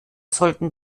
sollten